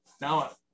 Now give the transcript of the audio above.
now